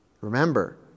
Remember